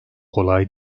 kolay